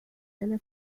السنة